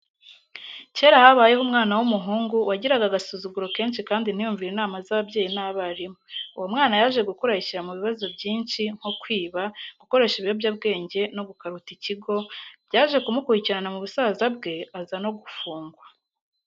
Kera habayeho umwana w'umuhungu wagiraga agasuzuguro kenshi kandi ntiyumve inama z'ababyeyi n'abarimu, uwo mwana yaje gukura yishira mu bibazo byinshi nko kwiba, gukoresha ibiyobyabwenge no gukaruta ikigo, byaje kumukurikirana mu busaza bwe aza no gufungwa.